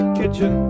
kitchen